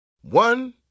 One